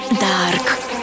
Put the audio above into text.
Dark